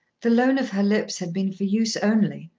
the loan of her lips had been for use only,